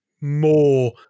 more